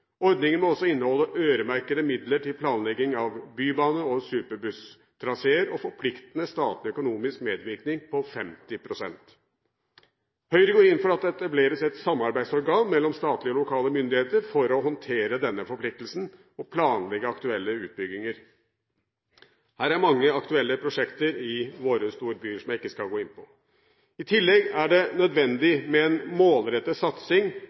Ordningen må også inneholde øremerkede midler til planlegging av bybaner og superbusstraseer og forpliktende statlig økonomisk medvirkning på 50 pst. Høyre går inn for at det etableres et samarbeidsorgan mellom statlige og lokale myndigheter for å håndtere denne forpliktelsen og planlegge aktuelle utbygginger. Her er mange aktuelle prosjekter i våre storbyer som jeg ikke skal gå inn på. I tillegg er det nødvendig med en målrettet satsing